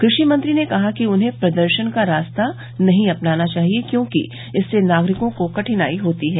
कृषि मंत्री ने कहा कि उन्हें प्रदर्शन का रास्ता नहीं अपनाना चाहिए क्योंकि इससे नागरिकों को कठिनाई होती है